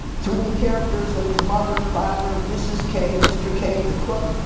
through the character's of his mother, father, mrs. k, mr. k, the cook,